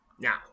Now